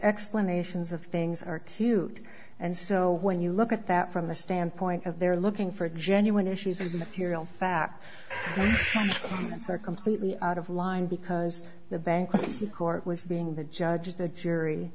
explanations of things are cute and so when you look at that from the standpoint of they're looking for genuine issues of material fact that's are completely out of line because the bankruptcy court was being the judge